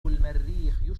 المريخ